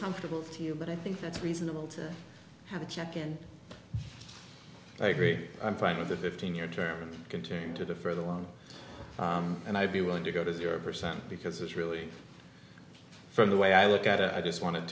comfortable to you but i think that's reasonable to have a check and i agree i'm fine with the fifteen year term contrary to the further along and i'd be willing to go to zero percent because it's really from the way i look at it i just wanted